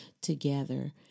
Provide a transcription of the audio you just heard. together